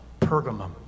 Pergamum